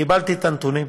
קיבלתי את הנתונים.